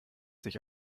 sich